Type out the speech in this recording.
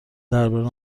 درباره